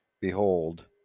Behold